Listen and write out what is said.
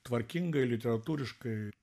tvarkingai literatūriškai